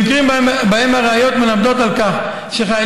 במקרים שבהם הראיות מלמדות שחיילים